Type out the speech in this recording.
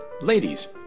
ladies